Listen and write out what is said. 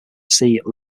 see